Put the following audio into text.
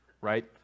right